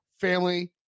family